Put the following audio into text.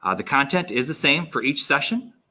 ah the content is the same for each session.